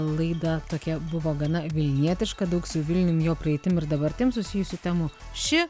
laida tokia buvo gana vilnietiška daug su vilnium jo praeitim ir dabartim susijusių temų ši